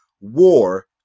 war